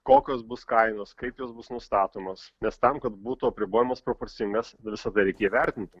kokios bus kainos kaip jos bus nustatomos nes tam kad būtų apribojimas proporcingas visa tai reikia įvertinti